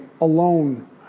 alone